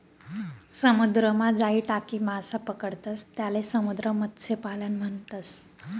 समुद्रमा जाई टाकी मासा पकडतंस त्याले समुद्र मत्स्यपालन म्हणतस